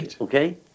Okay